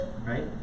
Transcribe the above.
right